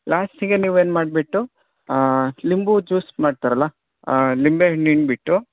ಲಾಸ್ಟಿಗೆ ನೀವು ಏನು ಮಾಡಿಬಿಟ್ಟು ನಿಂಬು ಜ್ಯೂಸ್ ಮಾಡ್ತಾರಲ್ಲ ಲಿಂಬೆಹಣ್ಣು ಹಿಂಡಿಬಿಟ್ಟು